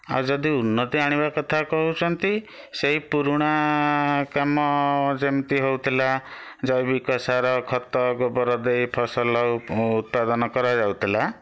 ଆଉ ଯଦି ଉନ୍ନତି ଆଣିବା କଥା କହୁଛନ୍ତି ସେଇ ପୁରୁଣା କାମ ଯେମତି ହେଉଥିଲା ଜୈବିକ ସାର ଖତ ଗୋବର ଦେଇ ଫସଲ ଉତ୍ପାଦନ କରାଯାଉଥିଲା